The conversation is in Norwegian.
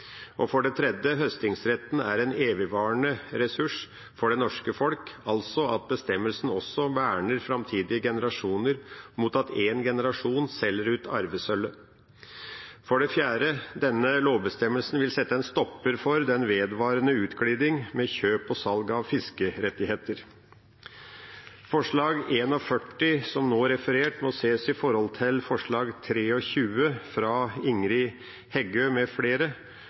For det tredje er høstingsretten en evigvarende ressurs for det norske folk, altså verner bestemmelsen framtidige generasjoner mot at én generasjon selger ut arvesølvet. For det fjerde vil denne lovbestemmelsen sette en stopper for den vedvarende utglidning med kjøp og salg av fiskerettigheter. Forslag 41, som nå er referert, må ses i forhold til forslag 23, fra Ingrid Heggø